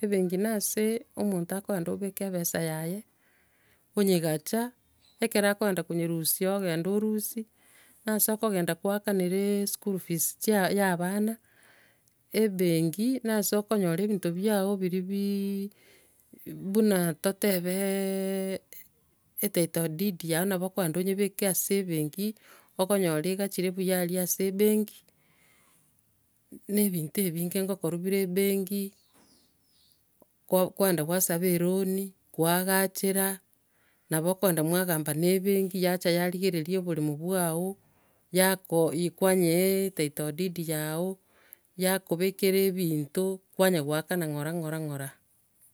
Ebenki na ase omonto akogenda obeka ebesa yaye, onyegacha, ekero akogenda konyerusia ogenda orusia, na ase okogende goakanera eschool fees chia- ya abana, ebenki na ase okonyora ebinto biago biri bii- buna totebee etitle deed yago nabo okogenda onyebeke ase ebenki. okonyora egachire buya aria ase ebenki, na ebinto ebinge ngokorwa bire ebenki, kwagenda kwasaba eroni, kwa agachera, nabo okogenda mwagamba na ebenki yacha yarigereria oboremo bwago, yako- ikwa nye ea etitle deed yago, yakobekera ebinto, kwanya goakana ng'ora ng'ora ng'ora.